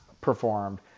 performed